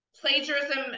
plagiarism